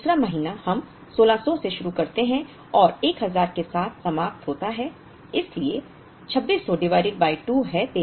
दूसरा महीना हम 1600 से शुरू करते हैं और 1000 के साथ समाप्त होता है इसलिए 2600 डिवाइडेड बाय 2 है 1300 है